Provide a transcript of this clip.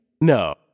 No